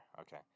Okay